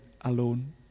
alone